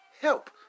Help